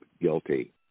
guilty